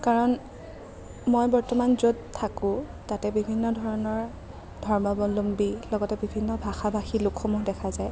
কাৰণ মই বৰ্তমান য'ত থাকো তাতে বিভিন্ন ধৰণৰ ধৰ্মাৱলম্বী লগতে বিভিন্ন ভাষা ভাষী লোকসমূহ দেখা যায়